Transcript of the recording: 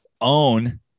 own